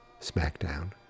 SmackDown